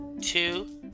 two